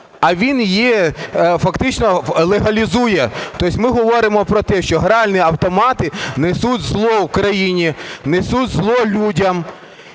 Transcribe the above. а він її фактично легалізує. То ми говоримо про те, що гральні автомати несуть зло Україні, несуть зло людям.